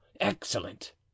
excellent